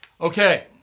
Okay